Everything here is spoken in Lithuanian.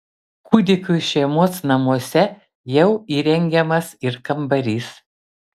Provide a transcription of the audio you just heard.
kūdikiui šeimos namuose jau įrengiamas ir kambarys